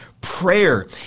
prayer